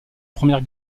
première